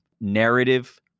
Narrative